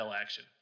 action